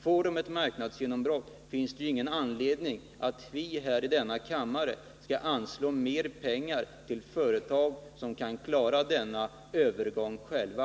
Blir det ett marknadsgenombrott, finns det ingen anledning att vi i denna kammare anslår mer pengar till företag som kan klara denna övergång själva.